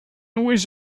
wish